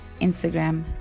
Instagram